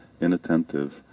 inattentive